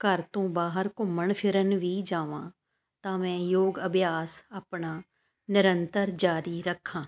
ਘਰ ਤੋਂ ਬਾਹਰ ਘੁੰਮਣ ਫਿਰਨ ਵੀ ਜਾਵਾਂ ਤਾਂ ਮੈਂ ਯੋਗ ਅਭਿਆਸ ਆਪਣਾ ਨਿਰੰਤਰ ਜਾਰੀ ਰੱਖਾਂ